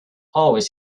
always